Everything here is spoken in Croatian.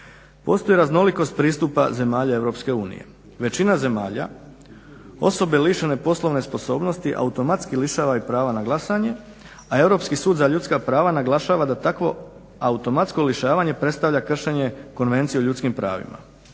Postoji raznolikost pristupa zemalja Europske unije. Većina zemalja osobe lišene poslovne sposobnosti automatski lišava i prava na glasanje, a Europski sud za ljudska prava naglašava da takvo automatsko lišavanje predstavlja kršenje Konvencije o ljudskim pravima.